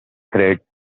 thread